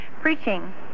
preaching